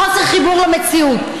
חוסר חיבור למציאות.